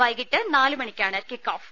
വൈകീട്ട് നാല് മണിക്കാണ് കിക്കോഫ്